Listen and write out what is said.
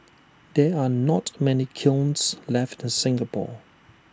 there are not many kilns left in Singapore